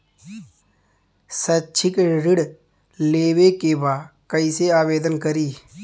शैक्षिक ऋण लेवे के बा कईसे आवेदन करी?